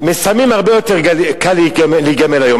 מסמים הרבה יותר קל להיגמל היום,